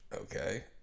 Okay